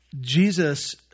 Jesus